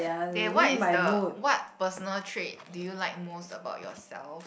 okay what is the what personal trait do you like most about yourself